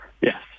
Yes